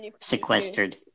sequestered